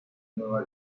nueva